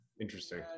Interesting